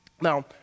Now